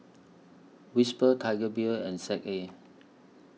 Whisper Tiger Beer and Z A